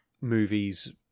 movies